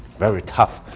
very tough.